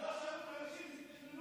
לא שאלו את האנשים כשתכננו.